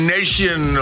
Nation